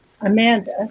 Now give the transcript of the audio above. amanda